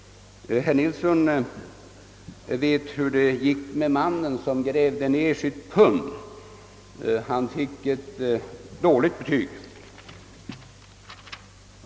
Herr Nilsson i Agnäs vet hur det gick med mannen som grävde ned sitt pund; han fick ett dåligt betyg.